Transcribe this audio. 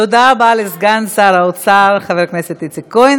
תודה רבה לסגן שר האוצר חבר הכנסת איציק כהן.